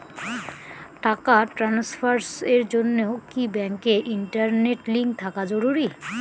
টাকা ট্রানস্ফারস এর জন্য কি ব্যাংকে ইন্টারনেট লিংঙ্ক থাকা জরুরি?